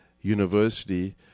university